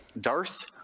Darth